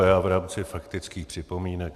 Já v rámci faktických připomínek.